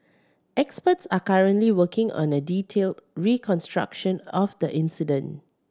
experts are currently working on a detailed reconstruction of the incident